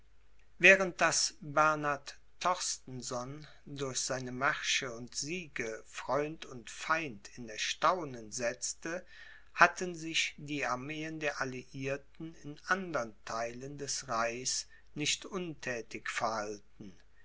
während daß bernhard torstenson durch seine märsche und siege freund und feind in erstaunen setzte hatten sich die armeen der alliierten in andern theilen des reichs nicht unthätig verhalten